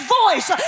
voice